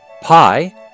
Pi